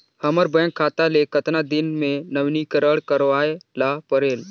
हमर बैंक खाता ले कतना दिन मे नवीनीकरण करवाय ला परेल?